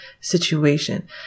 situation